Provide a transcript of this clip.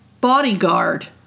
bodyguard